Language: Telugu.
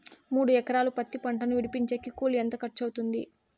మూడు ఎకరాలు పత్తి పంటను విడిపించేకి కూలి ఎంత ఖర్చు అవుతుంది?